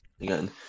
Again